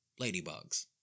Ladybugs